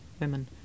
women